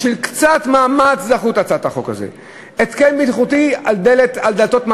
בגלל קצת מאמץ דחו את הצעת החוק הזאת.